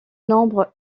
nombre